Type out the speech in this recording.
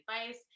advice